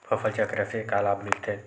फसल चक्र से का लाभ मिलथे?